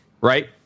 right